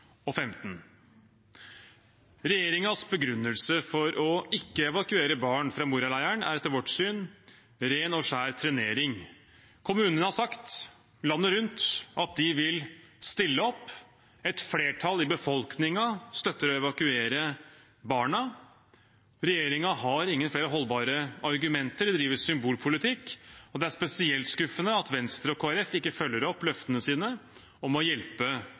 begrunnelse for å ikke evakuere barn fra Moria-leiren er etter vårt syn ren og skjær trenering. Kommuner landet rundt har sagt at de vil stille opp. Et flertall i befolkningen støtter å evakuere barna. Regjeringen har ingen flere holdbare argumenter; de driver symbolpolitikk. Det er spesielt skuffende at Venstre og Kristelig Folkeparti ikke følger opp løftene sine om å hjelpe